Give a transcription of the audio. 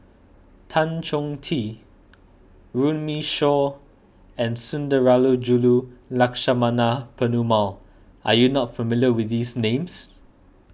Tan Chong Tee Runme Shaw and Sundarajulu Lakshmana Perumal are you not familiar with these names